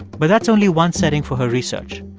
but that's only one setting for her research.